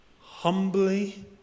humbly